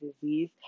disease